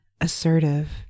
assertive